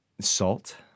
Salt